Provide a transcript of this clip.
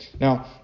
Now